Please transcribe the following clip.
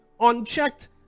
unchecked